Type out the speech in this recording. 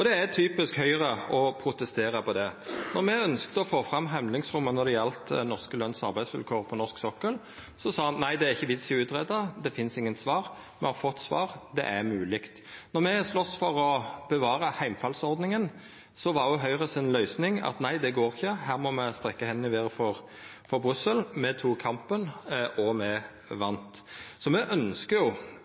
Det er typisk Høgre å protestera på det. Når me ynskte å få fram handlingsrommet for norske løns- og arbeidsvilkår på norsk sokkel, sa ein: Nei, det er det ingen vits i å greia ut – det finst ingen svar; me har fått svar; det er mogeleg. Når me slåst for å bevara heimfallsordninga, var Høgres løysing: Nei, det går ikkje, her må me strekkja hendene i vêret for Brussel. Me tok kampen, og me vann. Me